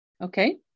Okay